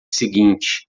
seguinte